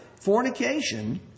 fornication